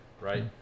right